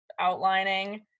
outlining